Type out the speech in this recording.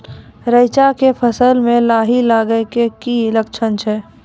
रैचा के फसल मे लाही लगे के की लक्छण छै?